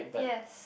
yes